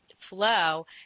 flow